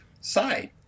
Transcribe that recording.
side